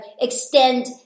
extend